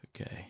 Okay